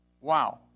Wow